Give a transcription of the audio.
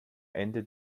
ende